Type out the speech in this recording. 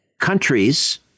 countries